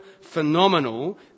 phenomenal